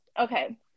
Okay